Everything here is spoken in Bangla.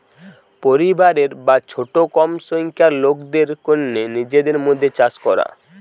পরিবারের বা ছোট কম সংখ্যার লোকদের কন্যে নিজেদের মধ্যে চাষ করা